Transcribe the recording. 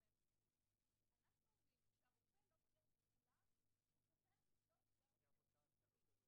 אנחנו פי חמש פחות מארצות הברית זו לא אותה תחלואה.